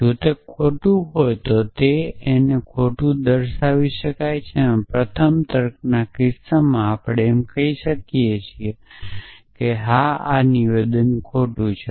જો તે ખોટું હોય તો એને ખોટુ કહી શકો છો પ્રથમ તર્કના કિસ્સામાં આપણે એમ કહી શકીએ નહીં કે હા નિવેદન ખોટું છે